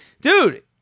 dude